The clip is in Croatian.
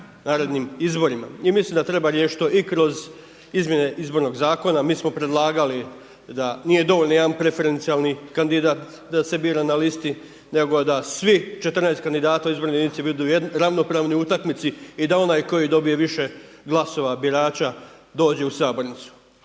narednim izborima. I mislim da treba riješiti to i kroz izmjene Izbornog zakona. Mi smo predlagali da nije dovoljan jedan preferencijalni kandidat da se bira na listi nego da svih 14 kandidata u izbornoj jedinici budu ravnopravni u utakmici i da onaj koji dobije više glasova birača dođe u sabornicu.